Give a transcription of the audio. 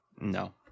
No